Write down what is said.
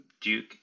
Duke